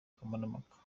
kamarampaka